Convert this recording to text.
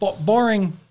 boring